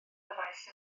eraill